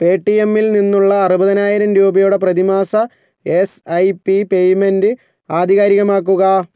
പേ ടി എമ്മിൽ നിന്നുള്ള അറുപതിനായിരം രൂപയുടെ പ്രതിമാസ എസ് ഐ പി പേയ്മെന്റ് ആധികാരികമാക്കുക